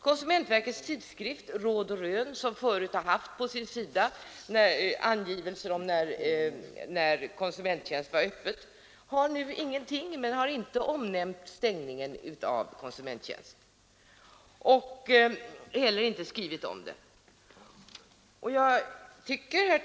Konsumentverkets tidskrift Råd och Rön hade tidigare uppgifter om när konsumenttjänst hade öppet, men nu har man där inga uppgifter om den saken, och tidskriften har heller inte på något sätt omnämnt stängningen av konsumenttjänst.